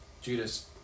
Judas